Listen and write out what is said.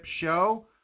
show